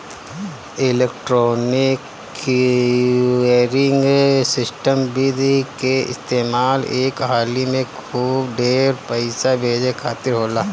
electronic clearing system विधि के इस्तेमाल एक हाली में खूब ढेर पईसा भेजे खातिर होला